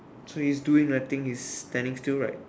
so he's doing nothing he's standing still right